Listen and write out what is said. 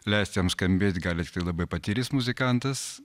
leist jam skambėt gali tiktai labai patyrįs muzikantas